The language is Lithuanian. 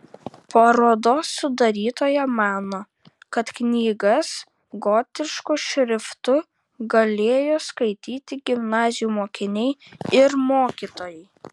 parodos sudarytoja mano kad knygas gotišku šriftu galėjo skaityti gimnazijų mokiniai ir mokytojai